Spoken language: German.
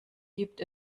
gibt